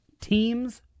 teams